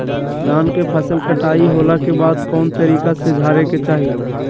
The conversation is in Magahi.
धान के फसल कटाई होला के बाद कौन तरीका से झारे के चाहि?